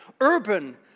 urban